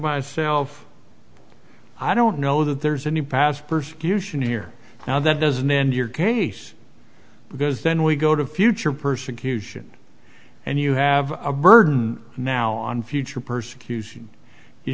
myself i don't know that there's any past persecution here now that doesn't end your case because then we go to future persecution and you have a burden now on future persecution you